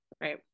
right